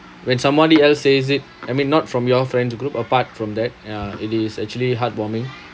when somebody else says it I mean not from your friend's group or part from that ya it is actually heartwarming